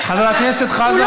חבר הכנסת חזן.